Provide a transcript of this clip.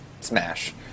Smash